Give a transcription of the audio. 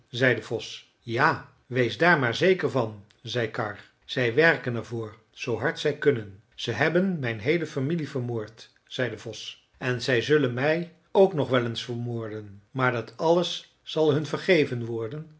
de vos ja wees daar maar zeker van zei karr zij werken er voor zoo hard zij kunnen ze hebben mijn heele familie vermoord zei de vos en zij zullen mij ook nog wel eens vermoorden maar dat alles zal hun vergeven worden